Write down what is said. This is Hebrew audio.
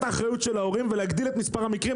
האחריות של ההורים ולהגדיל את מספר המקרים,